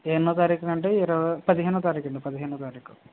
ఎన్నో తారీకంటే ఇరవ పదిహేనో తారీకండి పదిహేనో తారీకు